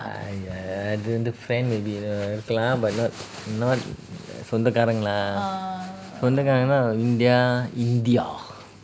!aiya! அது வந்து:adhu vanthu friend இருக்கலாம்:irukalam but not not சொந்தக்காரங்களா:sonthakaarangala lah சொந்தக்காரங்கனா:sonthakarangana india india